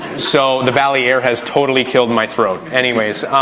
so, the valley air has totally killed my throat, anyways,